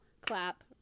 clap